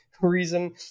reason